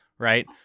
Right